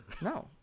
No